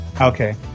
Okay